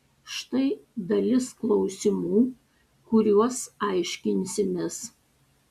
štai dalis klausimų kuriuos aiškinsimės